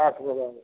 साठि बर्ष